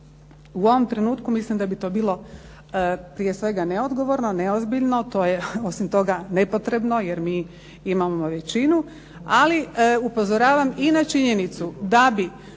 U ovom trenutku mislim da bi to bilo prije svega neodgovorno, neozbiljno, osim toga nepotrebno jer mi imamo većinu. Ali upozoravam i na činjenicu da bi